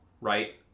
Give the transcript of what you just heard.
Right